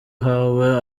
uhawe